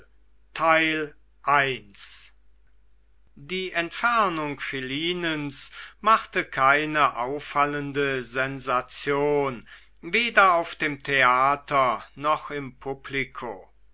die entfernung philinens machte keine auffallende sensation weder auf dem theater noch im publiko